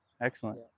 Excellent